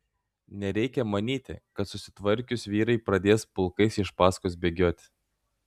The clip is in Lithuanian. nereikia manyti kad susitvarkius vyrai pradės pulkais iš paskos bėgioti